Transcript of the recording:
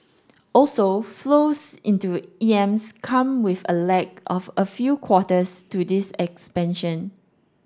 also flows into E Ms come with a lag of a few quarters to this expansion